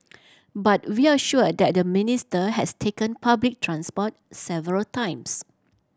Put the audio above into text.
but we are sure that the Minister has taken public transport several times